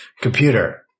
computer